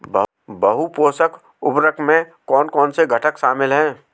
बहु पोषक उर्वरक में कौन कौन से घटक शामिल हैं?